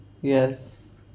Yes